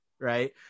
right